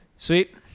Sweet